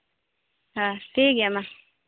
ᱦᱮᱸ ᱴᱷᱤᱠᱜᱮᱭᱟ ᱢᱟ